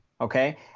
Okay